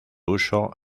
uso